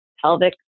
pelvic